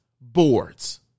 boards